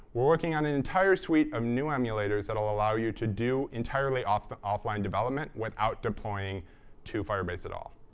working on an entire suite of new emulators that will allow you to do entirely offline offline development without deploying to firebase at all.